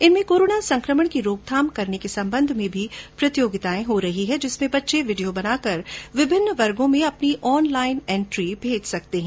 इनमें कोरोना संकमण की रोकथाम करने के संबंध में भी प्रतियोगितायें हो रही हैं जिसमें बच्चे वीडियो बनाकर विभिन्न वर्गों में अपनी ऑनलाईन एन्ट्री भेज सकते हैं